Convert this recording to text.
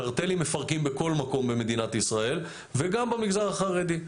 קרטלים מפרקים בכל מקום במדינת ישראל וגם במגזר החרדי.